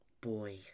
boy